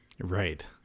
Right